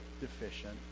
deficient